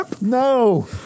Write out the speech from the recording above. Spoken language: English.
No